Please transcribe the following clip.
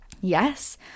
Yes